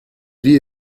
vit